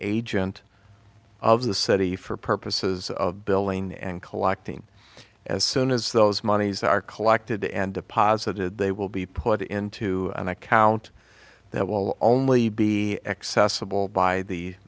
agent of the city for purposes of billing and collecting as soon as those monies are collected and deposited they will be put into an account that will only be accessible by the